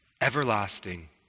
everlasting